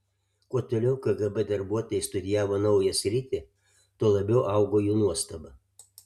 kuo toliau kgb darbuotojai studijavo naują sritį tuo labiau augo jų nuostaba